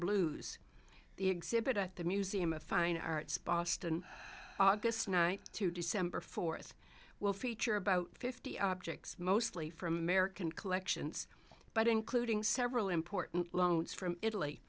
blues exhibit at the museum of fine arts boston august night two december fourth will feature about fifty objects mostly from american collections but including several important loans from italy